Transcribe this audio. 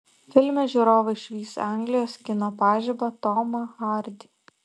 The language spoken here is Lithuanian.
filme žiūrovai išvys anglijos kino pažibą tomą hardy